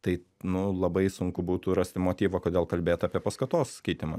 tai nu labai sunku būtų rasti motyvą kodėl kalbėt apie paskatos keitimą